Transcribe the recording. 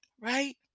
Right